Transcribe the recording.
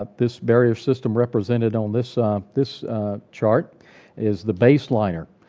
but this barrier system represented on this this chart is the base liner.